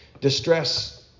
Distress